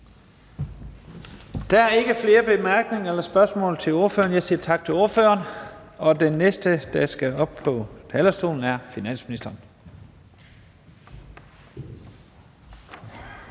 bemærkninger eller spørgsmål til ordføreren, så jeg siger tak til ordføreren. Den næste, der skal op på talerstolen, er finansministeren.